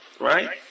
right